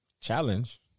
challenge